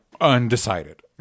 undecided